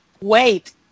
wait